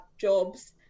jobs